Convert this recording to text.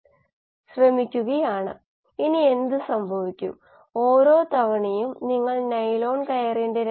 S0 എന്നത് പുറത്തുള്ള സബ്സ്ട്രേറ്റാണ് അത് അകത്തേക്ക് പോയി S ലേക്ക് പരിവർത്തനം ചെയ്യപ്പെടുന്നു r0 പ്രതിപ്രവർത്തനത്തിലൂടെ S A അല്ലെങ്കിൽ B ലേക്ക് പരിവർത്തനം ചെയ്യാനാകും